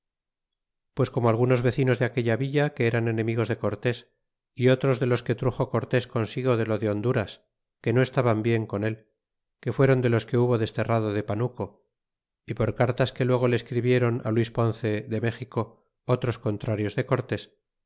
pues corno algunos vecinos de aquella villa que eran enemigos de cortés y otros de los que truxo cortés consigo de lo de honduras que no estaban bien con él que fuéron de los que hubo desterrado de panuco y por cartas que luego le escribiéron luis ponce de méxico otros contrarios de cortés